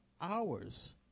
hours